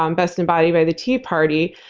um best embodied by the tea party.